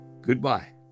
Goodbye